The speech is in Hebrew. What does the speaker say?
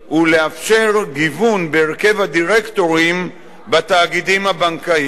לאפשר גיוון בהרכב הדירקטורים בתאגידים הבנקאיים,